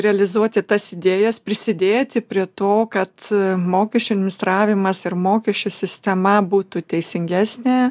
realizuoti tas idėjas prisidėti prie to kad mokesčių administravimas ir mokesčių sistema būtų teisingesnė